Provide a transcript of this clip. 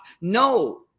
No